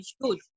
huge